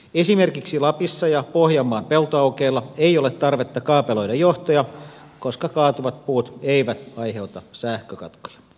esimerkiksi lapissa ja pohjanmaan peltoaukeilla ei ole tarvetta kaapeloida johtoja koska kaatuvat puut eivät aiheuta sähkökatkoja